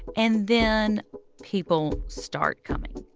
and then people start coming.